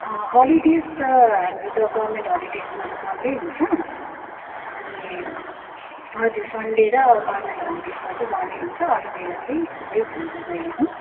holidays त हाम्रो त गभर्नमेन्ट होलिडेजमा त बन्दै हुन्छ अनि हजुर सनडे र गभर्नमेन्ट होलिडेजमा चाहिँ बन्दै हुन्छ अरू बेला चाहिँ खुलै हुन्छ जहिले पनि